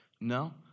No